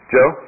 Joe